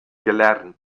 gelernt